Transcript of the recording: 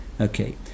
okay